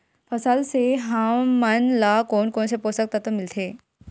फसल से हमन ला कोन कोन से पोषक तत्व मिलथे?